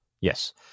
Yes